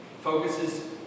focuses